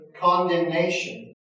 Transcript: condemnation